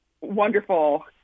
wonderful